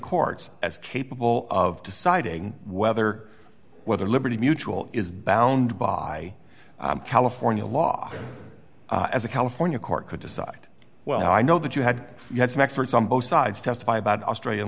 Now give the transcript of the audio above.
courts as capable of deciding whether whether liberty mutual is bound by california law as a california court could decide well i know that you had you had some experts on both sides testify about australia